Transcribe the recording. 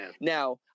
now